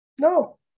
no